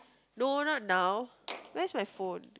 no not now where's my phone